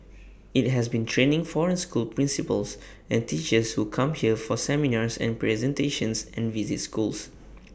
IT has been training foreign school principals and teachers who come here for seminars and presentations and visit schools